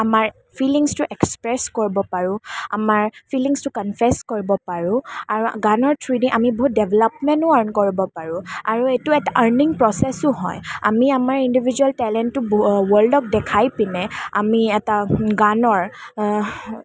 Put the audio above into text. আমাৰ ফিলিংছটো এক্সপ্ৰেছ কৰিব পাৰোঁ আমাৰ ফিলিংছটো কনফেছ কৰিব পাৰোঁ আৰু গানৰ থ্ৰোৱেদি আমি বহুত ডেভেলপমেণ্টো আৰ্ণ কৰিব পাৰোঁ আৰু এইটো এটা আৰ্ণিং প্ৰচেছো হয় আমি আমাৰ ইণ্ডিভিজুৱেল টেলেণ্টটো ৱৰ্ল্ডক দেখাই পিনে আমি এটা গানৰ